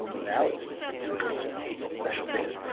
now it's doing so special things.